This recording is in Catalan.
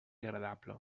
agradable